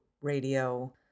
radio